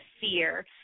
Fear